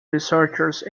researchers